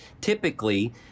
typically